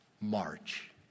march